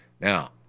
Now